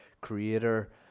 creator